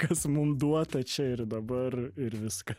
kas mum duota čia ir dabar ir viską